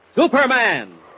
Superman